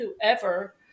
whoever